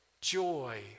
joy